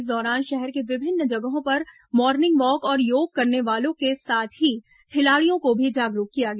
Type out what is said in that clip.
इस दौरान शहर के विभिन्न जगहों पर मॉर्निंग वॉक और योग करने वालों के साथ ही खिलाड़ियों को भी जागरूक किया गया